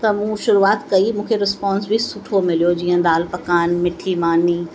त मूं शुरूआत कई मूंखे रिस्पोंस बि सुठो मिलियो जीअं दालि पकान मिठी मानी